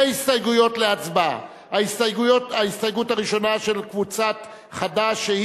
שתי הסתייגויות להצבעה: ההסתייגות הראשונה של קבוצת חד"ש,